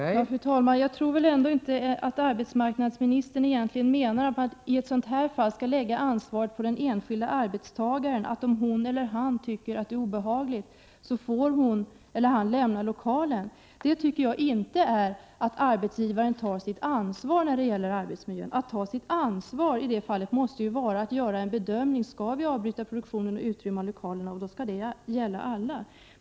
Fru talman! Jag tror inte att arbetsmarknadsministern egentligen menar att man i ett sådant här fall skall lägga ansvaret på den enskilde arbetstagaren på det sättet att hon eller han får lämna lokalen, om vederbörande tycker att arbetet är obehagligt. Jag tycker inte att det innebär att arbetsgivaren tar sitt ansvar när det gäller arbetsmiljön. Att ta sitt ansvar i det fallet måste ju vara att göra bedömningen om man skall avbryta produktionen och utrymma lokalen. Då skall det beslutet gälla alla.